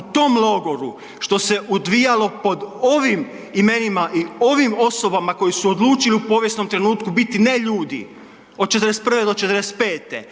u tom logoru, što se odvijalo pod ovim imenima i ovim osobama koje su odlučile u povijesnom trenutku biti neljudi od '41. do '45.,